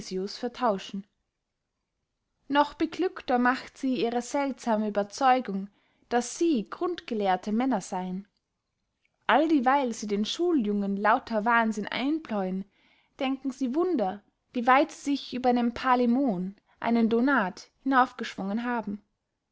vertauschen noch beglückter macht sie ihre seltsame ueberzeugung daß sie grundgelehrte männer seyen alldieweil sie den schuljungen lauter wahnsinn einbläuen denken sie wunder wie weit sie sich über einem palämon einen donat hinaufgeschwungen haben